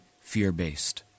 fear-based